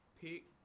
pick